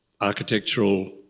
architectural